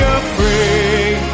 afraid